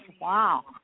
Wow